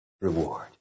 reward